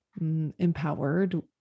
empowered